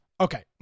Okay